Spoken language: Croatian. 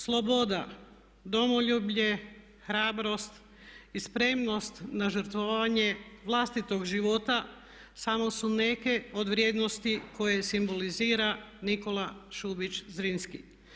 Sloboda, domoljublje, hrabrost i spremnost na žrtvovanje vlastitog života samo su neke od vrijednosti koje simbolizira Nikola Šubić Zrinski.